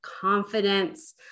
confidence